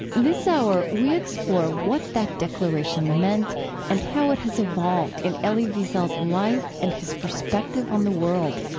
this hour, we explore what that declaration meant and how it has evolved in elie wiesel's life and his perspective on the world